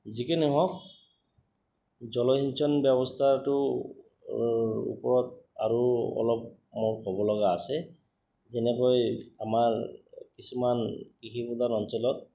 যি কি নহওক জলসিঞ্চন ব্যৱস্থাটোৰ ওপৰত আৰু অলপ মোৰ ক'ব লগা আছে যেনেকৈ আমাৰ কিছুমান কৃষি প্ৰদান অঞ্চলত